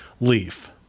Leaf